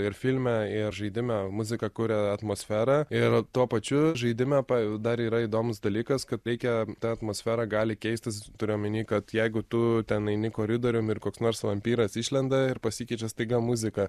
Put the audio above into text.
ir filme ir žaidime muzika kuria atmosferą ir tuo pačiu žaidime pa dar yra įdomus dalykas kad reikia ta atmosfera gali keistis turiu omeny kad jeigu tu ten eini koridorium ir koks nors vampyras išlenda ir pasikeičia staiga muzika